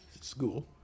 school